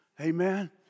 Amen